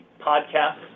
podcasts